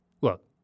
Look